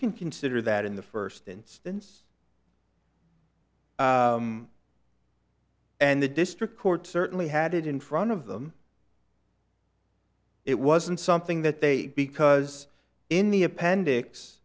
can consider that in the first instance and the district court certainly had it in front of them it wasn't something that they because in the appendix